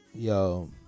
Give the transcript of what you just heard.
Yo